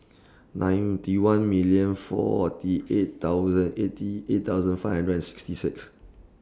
ninety one million forty eight thousand eighty eight thousand five hundred and sixty six